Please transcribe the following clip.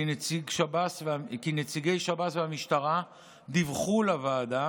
כי נציגי שב"ס והמשטרה דיווחו לוועדה